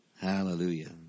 Hallelujah